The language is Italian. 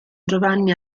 giovanni